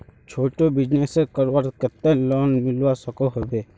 छोटो बिजनेस करवार केते लोन मिलवा सकोहो होबे?